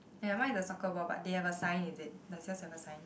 ya my is a soccer ball but they have a sign is it does yours have a sign